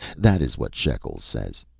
that is what shekels says.